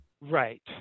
Right